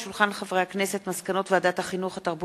חוק ומשפט, והצעת